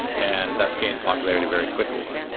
and that's gained popularity very quickly.